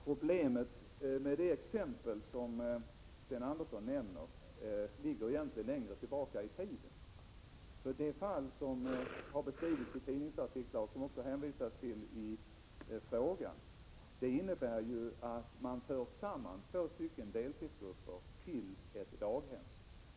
Fru talman! Problemet med det exempel som Sten Andersson i Malmö nämner ligger egentligen längre tillbaka i tiden. I det fall som har beskrivits i tidningsartiklar och som det också hänvisas till i frågan har man ju fört samman två deltidsgrupper till ett daghem.